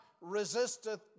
resisteth